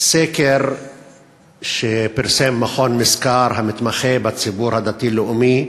סקר שפרסם מכון "מסקר", המתמחה בציבור הדתי-לאומי,